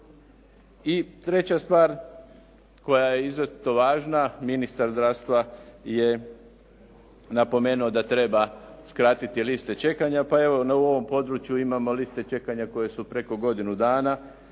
I treća stvar koja je izuzetno važna, ministar zdravstva je napomenuo da treba skratiti liste čekanja, pa evo na ovom području imamo liste čekanja koje su preko godinu dana,